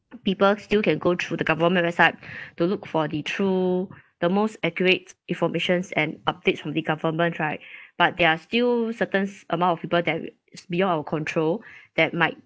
people still can go through the government website to look for the true the most accurate informations and updates from the government right but there are still certains amount of people that is beyond our control that might